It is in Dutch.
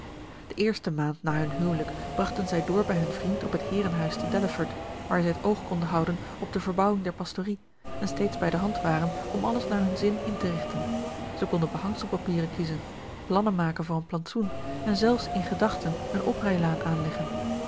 de eerste maand na hun huwelijk brachten zij door bij hun vriend op het heerenhuis te delaford waar zij het oog konden houden op de verbouwing der pastorie en steeds bij de hand waren om alles naar hun zin in te richten zij konden behangselpapieren kiezen plannen maken voor een plantsoen en zelfs in gedachten een oprijlaan aanleggen